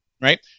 Right